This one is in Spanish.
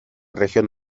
región